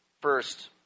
first